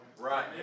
Right